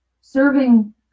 serving